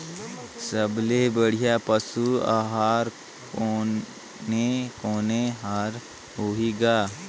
सबले बढ़िया पशु आहार कोने कोने हर होही ग?